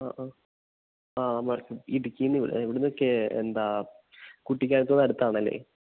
ആ അ ആ ഇടുക്കിയില് നിന്ന് ഇവിടെനിന്ന് എന്താണ് കുട്ടിക്കാനത്ത് നിന്ന് അടുത്താണല്ലെ